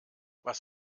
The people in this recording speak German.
was